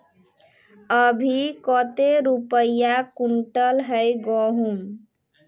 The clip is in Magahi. अभी कते रुपया कुंटल है गहुम?